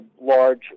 large